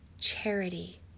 charity